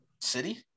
city